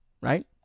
right